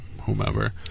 whomever